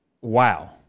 Wow